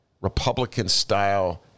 Republican-style